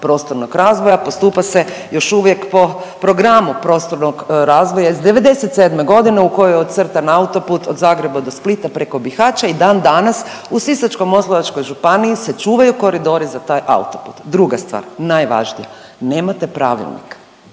prostornog razvoja, postupa se još uvijek po programu prostornog razvoja iz '97.g. u kojoj ocrtan autoput od Zagreba do Splita preko Bihaća i dan danas u Sisačko-moslavačkoj županiji se čuvaju koridori za taj autoput. Druga stvar, najvažnija nemate pravilnik,